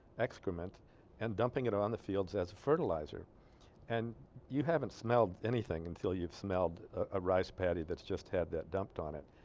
excrement and dumping it on the fields as fertilizer and you haven't smelled anything until you've smelled a rice patty thats just had that dumped on it